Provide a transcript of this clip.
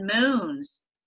moons